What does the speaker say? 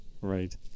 Right